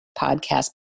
Podcast